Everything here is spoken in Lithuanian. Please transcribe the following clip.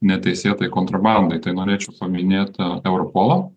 neteisėtai kontrabandai tai norėčiau paminėt europolą